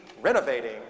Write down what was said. renovating